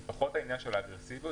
זה פחות העניין של האגרסיביות,